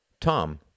Tom